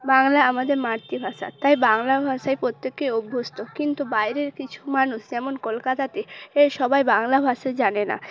বাংলা আমাদের মাতৃভাষা তাই বাংলা ভাষাই প্রত্যেকে অভ্যস্ত কিন্তু বাইরের কিছু মানুষ যেমন কলকাতাতে এ সবাই বাংলা ভাষা জানে না